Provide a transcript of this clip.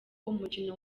umukino